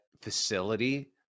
facility